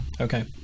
okay